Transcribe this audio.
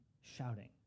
shouting